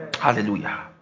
Hallelujah